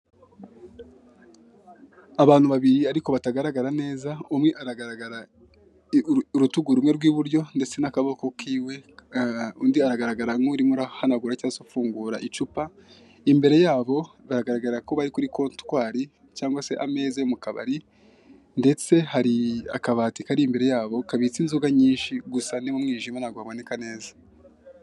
Abantu babiri ariko batagaragara neza umwe aragaragara urutugu rumwe rw'iburyo ndetse n'akaboko kiwe undi aragaragara nk'urimo urahanagura cyangwe se ufungura icupa, imbere yabo baragaragara ko bari kuri kontwari cyangwa se ameza yo mu kabari ndetse hari akabati kari imbere yabo kabitse inzoga nyinshi gusa ni mu mwijima ntago haboneka neza.